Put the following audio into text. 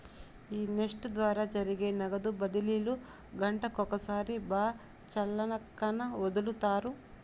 ఈ నెఫ్ట్ ద్వారా జరిగే నగదు బదిలీలు గంటకొకసారి బాచల్లక్కన ఒదులుతారు